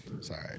Sorry